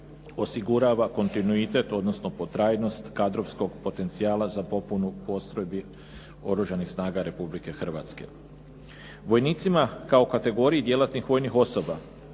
osigurava kontinuitet, odnosno potrajnost kadrovskog potencijala za popunu postrojbi oružanih snaga Republike Hrvatske. Vojnicima kao kategoriji djelatnih vojnih osoba